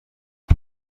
cyo